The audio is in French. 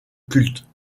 culte